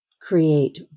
create